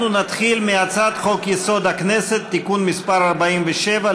אנחנו נתחיל בהצעת חוק-יסוד: הכנסת (תיקון מס' 47),